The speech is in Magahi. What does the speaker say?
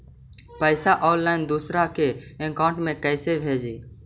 पैसा ऑनलाइन दूसरा के अकाउंट में कैसे भेजी?